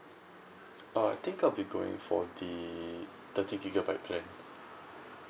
uh I think I'll be going for the thirty gigabyte plan